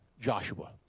Joshua